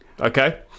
okay